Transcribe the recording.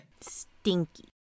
Stinky